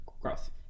growth